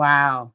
Wow